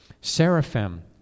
seraphim